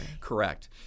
Correct